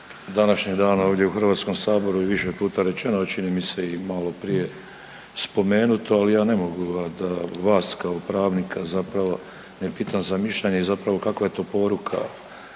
današnjeg dana ovdje u Hrvatskom saboru i više puta rečeno, a čini mi se i malo prije spomenuto, ali ja ne mogu a da vas kao pravnika zapravo ne pitam za mišljenje i zapravo kakva je to poruka